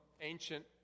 ancient